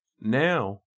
Now